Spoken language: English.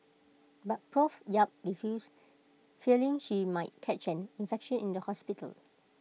but Prof yap refused fearing she might catching infection in the hospital